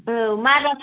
औ मारा